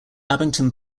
abington